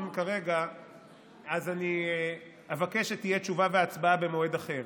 אז אבקש שיהיו תשובה והצבעה במועד אחר: